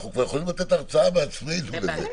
אנחנו כבר יכולים לתת הרצאה בעצמנו בזה.